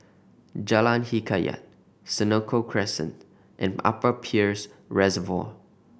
Jalan Hikayat Senoko Crescent and Upper Peirce Reservoir